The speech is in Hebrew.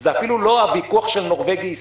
זה אפילו לא הוויכוח של נורווגי-ישראלי.